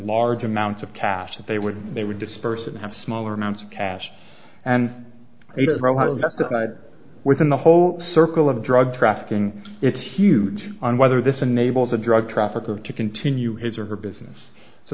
large amounts of cash they would they would disperse and have smaller amounts of cash and within the whole circle of drug trafficking it's huge and whether this enables a drug trafficker to continue his or her business so